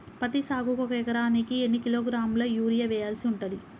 పత్తి సాగుకు ఒక ఎకరానికి ఎన్ని కిలోగ్రాముల యూరియా వెయ్యాల్సి ఉంటది?